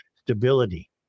Stability